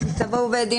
וצריך לומר גם לפרוטוקול,